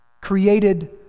created